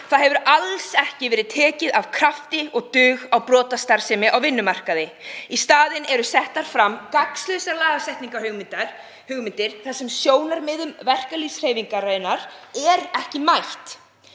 Það hefur alls ekki verið tekið af krafti og dug á brotastarfsemi á vinnumarkaði. Í staðinn eru settar fram gagnslausar lagasetningarhugmyndir þar sem sjónarmiðum verkalýðshreyfingarinnar er ekki mætt.